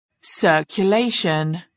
Circulation